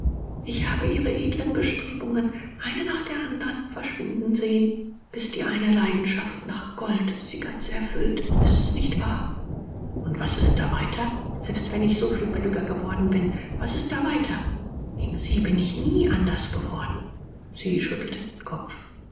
ich habe ihre edleren bestrebungen eine nach der andern verschwinden sehen bis die eine leidenschaft nach gold sie ganz erfüllt ist es nicht wahr und was ist da weiter antwortete er selbst wenn ich so viel klüger geworden bin was ist da weiter gegen sie bin ich nie anders geworden sie schüttelte den kopf